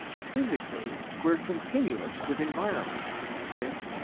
physically, we're continuous with environment if,